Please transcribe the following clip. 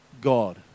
God